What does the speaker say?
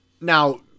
Now